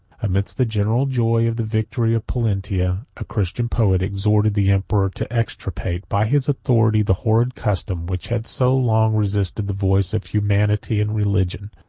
amidst the general joy of the victory of pollentia, a christian poet exhorted the emperor to extirpate, by his authority, the horrid custom which had so long resisted the voice of humanity and religion.